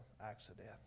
accident